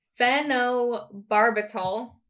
phenobarbital